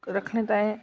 रक्खने ताईं